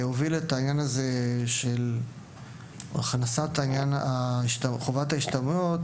שהוביל את העניין של הכנסת חובת ההשתלמויות,